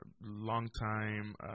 longtime